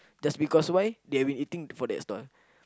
that's because why they have been eating before at the stall